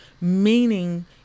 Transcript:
Meaning